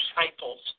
disciples